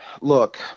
look